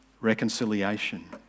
reconciliation